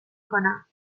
کنم